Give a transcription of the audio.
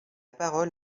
parole